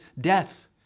death